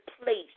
place